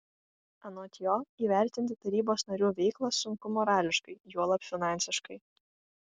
anot jo įvertinti tarybos narių veiklą sunku morališkai juolab finansiškai